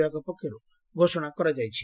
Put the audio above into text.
ବିଭାଗ ପକ୍ଷର୍ଠ ଘୋଷଣା କରାଯାଇଛି